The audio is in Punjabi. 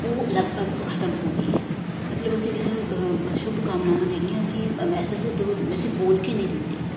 ਉਹ ਲਗਭਗ ਖਤਮ ਹੋ ਗਈ ਹੈ ਮਤਲਬ ਅਸੀਂ ਕਿਸੇ ਨੂੰ ਸ਼ੁਭਕਾਮਨਾਵਾਂ ਦੇਣੀਆਂ ਅਸੀਂ ਮੈਸੇਜ ਥਰੂ ਦਿੰਦੇ ਅਸੀਂ ਬੋਲ ਕੇ ਨਹੀਂ ਦਿੰਦੇ ਹਾਂ